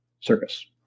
circus